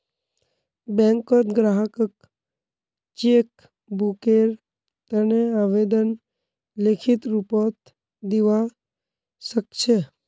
बैंकत ग्राहक चेक बुकेर तने आवेदन लिखित रूपत दिवा सकछे